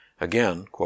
Again